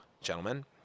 gentlemen